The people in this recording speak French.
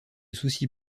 soucie